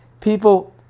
people